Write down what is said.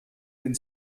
den